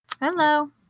hello